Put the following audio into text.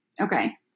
Okay